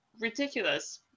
ridiculous